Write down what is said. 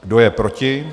Kdo je proti?